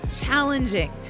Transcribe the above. challenging